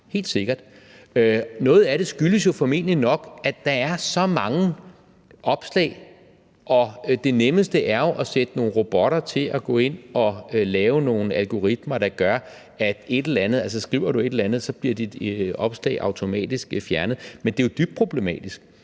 helt sikkert. Noget af det skyldes formentlig nok, at der er så mange opslag, og det nemmeste er jo at sætte nogle robotter til at gå ind og lave nogle algoritmer, der gør, at hvis du skriver et eller andet, bliver dit opslag automatisk fjernet, men det er jo dybt problematisk.